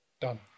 done